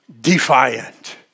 defiant